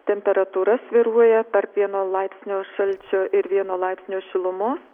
temperatūra svyruoja tarp vieno laipsnio šalčio ir vieno laipsnio šilumos